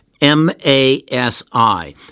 M-A-S-I